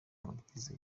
amabwiriza